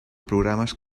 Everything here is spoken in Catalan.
programes